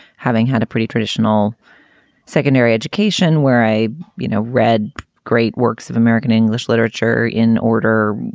having had a pretty traditional secondary education, where i you know read great works of american english literature in order,